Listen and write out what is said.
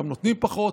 גם נותנים פחות,